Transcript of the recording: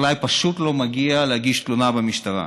החקלאי פשוט לא מגיע להגיש תלונה במשטרה,